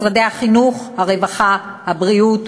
משרדי החינוך, הרווחה, הבריאות,